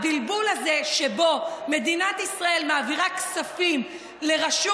הבלבול הזה שבו מדינת ישראל מעבירה כספים לרשות